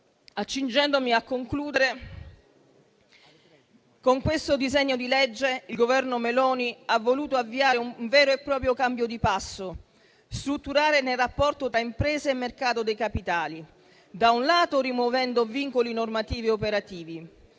con questo disegno di legge il Governo Meloni ha voluto avviare un vero e proprio cambio di passo strutturale nel rapporto tra imprese e mercato dei capitali, da un lato, rimuovendo vincoli normativi e operativi